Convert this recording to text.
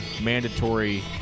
mandatory